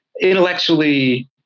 intellectually